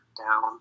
down